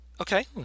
Okay